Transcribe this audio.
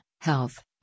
health